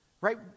right